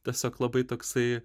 tiesiog labai toksai